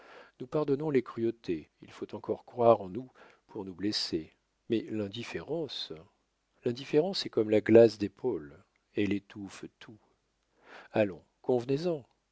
nous pardonnons les cruautés il faut encore croire en nous pour nous blesser mais l'indifférence l'indifférence est comme la glace des pôles elle étouffe tout allons convenez-en